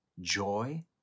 joy